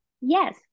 Yes